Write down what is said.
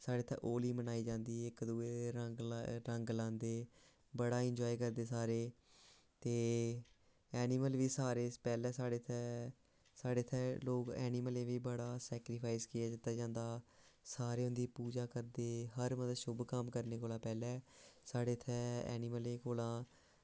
साढ़े इत्थें होली मनाई जंदी ऐ इक दूए रंग लाए रंग लांदे बड़ा ई एंजॉय करदे सारे ते एनिमल बी सारे पैह्लें साढ़े इत्थें साढ़े इत्थें लोक एनिमलें गी बी बड़ा सेक्रीफाईस किया कीता जंदा सारे इं'दी पूजा करदे हर मतलब शुभ कम्म करने कोला पैह्लें साढ़े इत्थें ऐनिमलें कोला